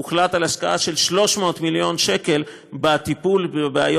הוחלט על השקעה של 300 מיליון שקל בטיפול בבעיות